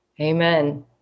Amen